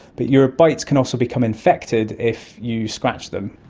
but your bites can also become infected if you scratch them.